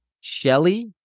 Shelley